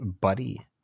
buddy